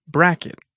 Bracket